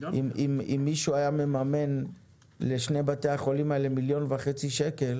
אם מישהו היה מממן לשני בתי החולים האלו מיליון וחצי שקל